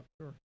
sure